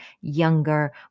younger